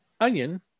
onion